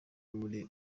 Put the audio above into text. muri